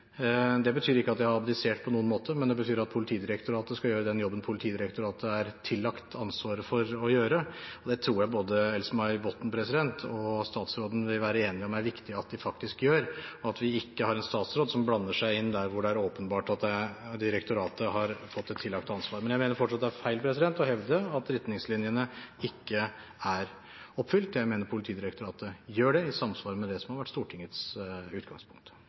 Det betyr ikke på noen måte at jeg har abdisert, det betyr at Politidirektoratet skal gjøre jobben som Politidirektoratet er tillagt ansvar for å gjøre. Dette er noe jeg tror Else-May Botten og statsråden vil være enige om er viktig at vi faktisk gjør, og at vi ikke har en statsråd som blander seg inn der hvor det er åpenbart at direktoratet har fått et tillagt ansvar. Jeg mener fortsatt det er feil å hevde at retningslinjene ikke er oppfylt. Jeg mener Politidirektoratet gjør det, i samsvar med det som har vært Stortingets utgangspunkt.